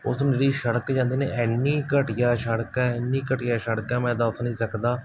ਉਸ ਨੂੰ ਜਿਹੜੀ ਸੜਕ ਜਾਂਦੀ ਨਾ ਇੰਨੀ ਘਟੀਆ ਸੜਕ ਹੈ ਇੰਨੀ ਘਟੀਆ ਸੜਕ ਆ ਮੈਂ ਦੱਸ ਨਹੀਂ ਸਕਦਾ